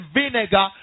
vinegar